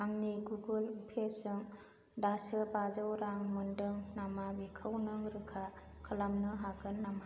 आंनि गुगोल पेजों दासो बाजौ रां मोनदों नामा बेखौ नों रोखा खालामनो हागोन नामा